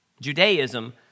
Judaism